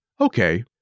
Okay